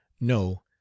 No